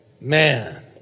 man